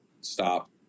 stop